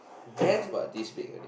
her hands are about this big only